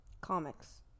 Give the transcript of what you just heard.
Comics